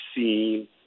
seen